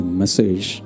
message